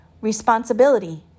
Responsibility